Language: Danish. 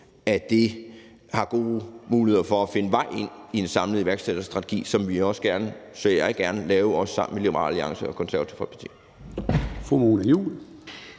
at det har gode muligheder for at finde vej ind i en samlet iværksætterstrategi, som jeg også gerne ser os lave sammen med Liberal Alliance og Det Konservative Folkeparti.